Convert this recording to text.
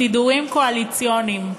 סידורים קואליציוניים.